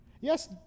Yes